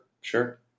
sure